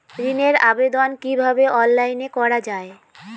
ঋনের আবেদন কিভাবে অনলাইনে করা যায়?